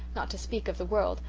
not to speak of the world,